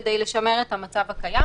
כדי לשמר את המצב הקיים.